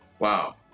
Wow